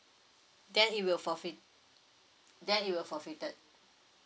then it will forfeit then it will forfeited